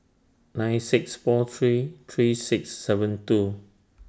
nine six four three three six seven two